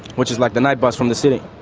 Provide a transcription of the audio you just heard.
which is like the night bus from the city.